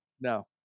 No